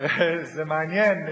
זה מעניין.